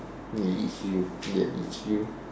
ya it's you ya it's you